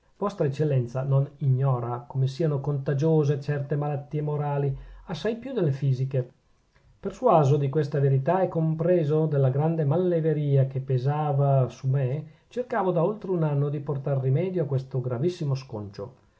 vostra eccellenza non ignora come siano contagiose certe malattie morali assai più delle fisiche persuaso di questa verità e compreso della grande malleveria che pesava su me cercavo da oltre un anno di portar rimedio a questo gravissimo sconcio